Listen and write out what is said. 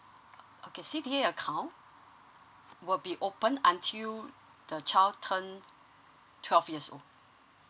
okay C_D_A account will be open until the child turned twelve years old